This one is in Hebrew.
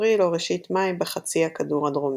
אפריל או ראשית מאי בחצי הכדור הדרומי.